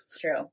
True